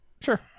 Sure